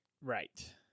Right